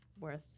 worth